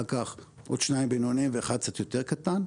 אחר כך עוד שניים בינוניים ואחד קצת יותר קטן.